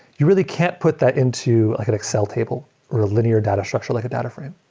you really can't put that into like an excel table or a linear data structure like a data frame.